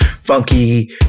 funky